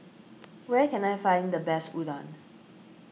where can I find the best Udon